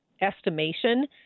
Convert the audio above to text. estimation